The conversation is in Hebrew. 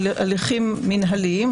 על הליכים מינהליים,